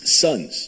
sons